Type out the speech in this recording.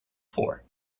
poor